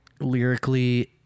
lyrically